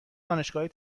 دانشگاه